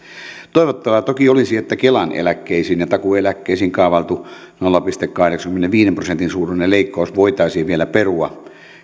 toivottavaa toki olisi että kelan eläkkeisiin ja takuueläkkeisiin kaavailtu nolla pilkku kahdeksankymmenenviiden prosentin suuruinen leikkaus voitaisiin vielä perua